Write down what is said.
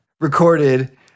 recorded